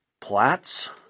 Platt's